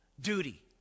Duty